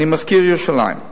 אני מזכיר את ירושלים.